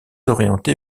orientée